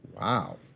wow